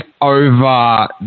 over